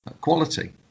quality